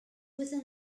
within